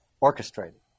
orchestrated